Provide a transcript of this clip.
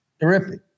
Terrific